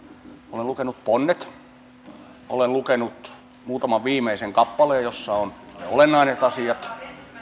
olen lukenut ponnet olen lukenut muutaman viimeisen kappaleen joissa on olennaiset asiat